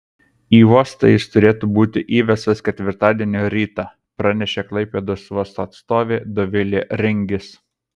į uostą jis turėtų būti įvestas ketvirtadienio rytą pranešė klaipėdos uosto atstovė dovilė ringis